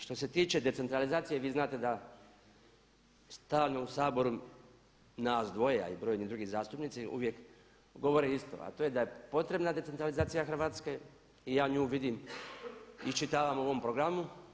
Što se tiče decentralizacije vi znate da stalno u Saboru nas dvoje a i brojni drugi zastupnici uvijek govore isto a to je da je potrebna decentralizacija Hrvatske i ja nju vidim, iščitavam u ovom programu.